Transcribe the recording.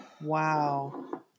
wow